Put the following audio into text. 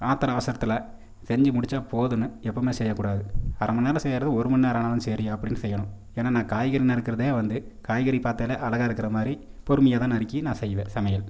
ஆத்தரம் அவசரத்தில் செஞ்சு முடித்தா போதும்னு எப்போதுமே செய்யக்கூடாது அரை மணிநேரம் செய்கிறதே ஒரு மணிநேரம் ஆனாலும் சரி அப்படின்னு செய்யணும் ஏன்னா நான் காய்கறி நறுக்கறதே வந்து காய்கறி பார்த்தாலே அழகாக இருக்கிற மாதிரி பொறுமையாதான் நறுக்கி நான் செய்வேன் சமையல்